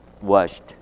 washed